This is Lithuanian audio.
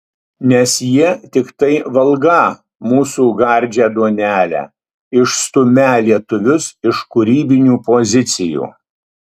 nes jie tiktai valgą mūsų gardžią duonelę išstumią lietuvius iš kūrybinių pozicijų